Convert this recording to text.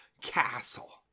castle